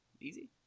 Easy